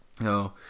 no